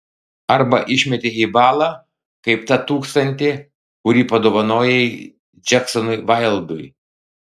arba išmetei į balą kaip tą tūkstantį kurį padovanojai džeksonui vaildui